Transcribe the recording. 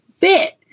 bit